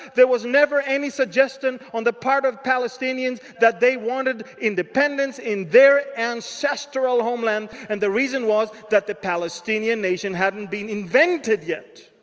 there was never any suggestion on the part of the palestinians that they wanted independence in their ancestral homeland. and the reason was that the palestinian nation hadn't been invented yet.